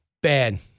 bad